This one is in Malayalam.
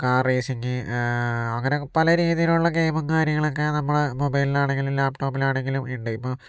കാർ റേസിംഗ് അങ്ങനെ പലരീതിയിലുള്ള ഗെയിമും കാര്യങ്ങളൊക്കെ നമ്മള് മൊബൈലിലാണെങ്കിലും ലാപ്ടോപ്പിലാണെങ്കിലും ഉണ്ട്